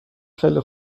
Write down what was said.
خیلی